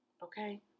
Okay